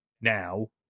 now